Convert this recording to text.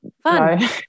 fun